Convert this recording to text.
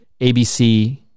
ABC